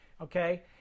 okay